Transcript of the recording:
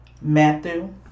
Matthew